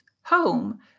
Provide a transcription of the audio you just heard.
home